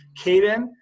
Caden